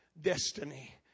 destiny